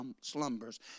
slumbers